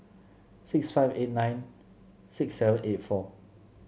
six five eight nine six seven eight four